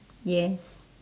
yes